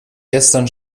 gestern